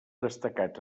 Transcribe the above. destacats